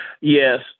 Yes